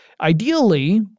Ideally